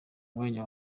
mwanya